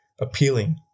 appealing